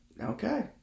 Okay